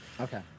okay